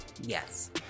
yes